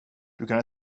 kan